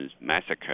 massacre